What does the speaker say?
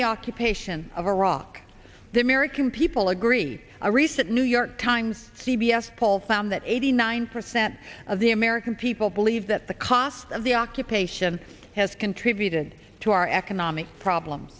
the occupation of iraq the american people agree a recent new york times c b s poll found that eighty nine percent of the american people believe that the cost of the occupation has contributed to our economic problems